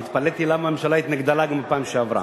והתפלאתי למה הממשלה התנגדה לה גם בפעם שעברה.